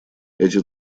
эти